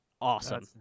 awesome